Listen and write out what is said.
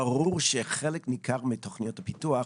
ברור שחלק ניכר מתוכניות הפיתוח